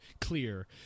clear